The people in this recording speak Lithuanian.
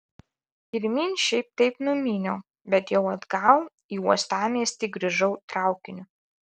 pirmyn šiaip taip numyniau bet jau atgal į uostamiestį grįžau traukiniu